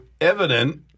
evident